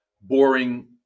boring